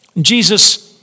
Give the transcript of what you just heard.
Jesus